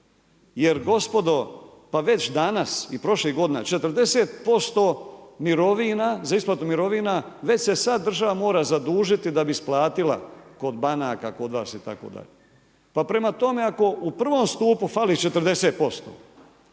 jer gospodo pa već danas i prošlih godina 40% za isplatu mirovina već se sada država mora zadužiti da bi isplatila kod banaka, kod vas itd. Pa prema tome, ako u prvom stupu fali 40%